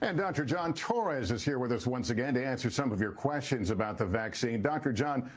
and dr. john torres is here with us once again to answer some of your questions about the vaccine. dr. john,